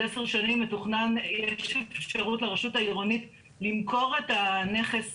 10 שנים יש אפשרות לרשות העירונית למכור את הנכס